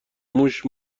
موش